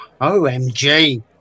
OMG